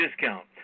discount